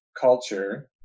culture